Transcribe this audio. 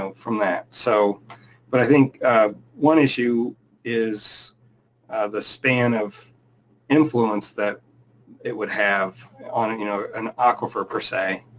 ah from that. so but i think one issue is the span of influence that it would have on you know an aquifer per se,